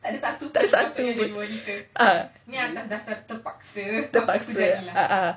tak ada satu pun ah terpaksa ah ah